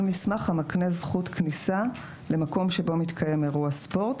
מסמך המקנה זכות כניסה למקום שבו מתקיים אירוע ספורט."